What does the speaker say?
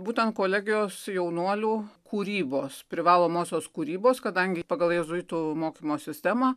būtent kolegijos jaunuolių kūrybos privalomosios kūrybos kadangi pagal jėzuitų mokymo sistemą